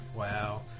Wow